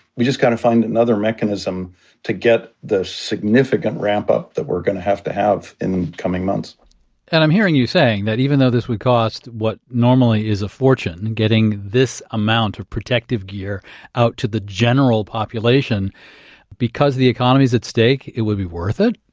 we've just got to kind of find another mechanism to get the significant ramp-up that we're going to have to have in coming months and i'm hearing you saying that even though this would cost what normally is a fortune, getting this amount of protective gear out to the general population because the economy is at stake, it would be worth it?